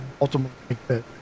ultimately